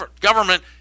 government